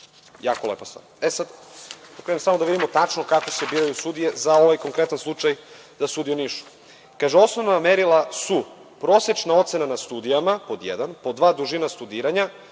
jako lepa stvar. Sada da vidimo tačno kako se biraju sudije za ovaj konkretan slučaj za sudije u Nišu. Kaže – osnovna merila su prosečna ocena na studijama, pod jedan. Pod dva, dužina studiranja